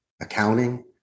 accounting